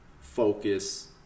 Focus